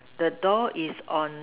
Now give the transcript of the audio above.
the door is on